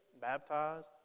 baptized